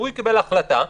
והוא יקבל החלטה,